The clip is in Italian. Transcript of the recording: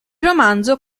romanzo